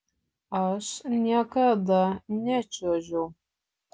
aš niekada nečiuožiau